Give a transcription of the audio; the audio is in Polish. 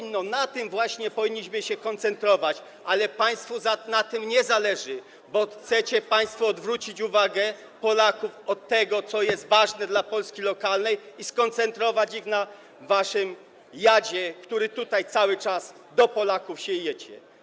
Na tym właśnie powinniśmy się koncentrować, ale państwu na tym nie zależy, bo chcecie państwo odwrócić uwagę Polaków od tego, co jest ważne dla Polski lokalnej, i skoncentrować ich na waszym jadzie, który tutaj cały czas w kierunku Polaków siejecie.